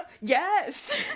yes